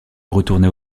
retourner